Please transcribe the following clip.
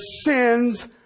sins